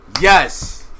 Yes